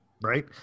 Right